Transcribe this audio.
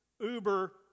Uber